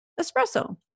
espresso